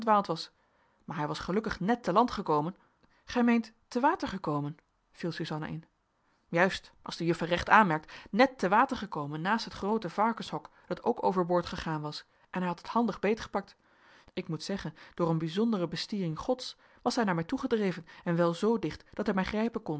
maar hij was gelukkig net te land gekomen gij meent te water gekomen viel suzanna in juist als de juffer recht aanmerkt net te water gekomen naast het groote varkenshok dat ook overboord gegaan was en hij had het handig beetgepakt ik moet zeggen door een bijzondere bestiering gods was hij naar mij toegedreven en wel zoo dicht dat hij mij grijpen kon